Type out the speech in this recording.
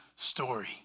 story